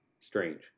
strange